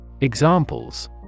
Examples